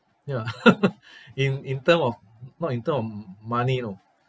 ya in in term of not in term of m~ money you know